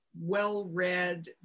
well-read